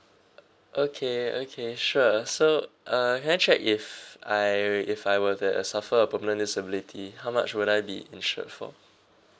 okay okay sure so uh can I check if I if I were to uh suffer a permanent disability how much would I be insured for